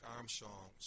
Armstrong